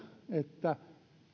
että